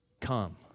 come